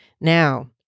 Now